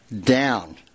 Down